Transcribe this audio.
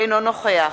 אינו נוכח